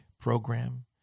program